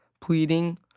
pleading